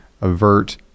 avert